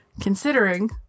Considering